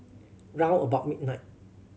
round about midnight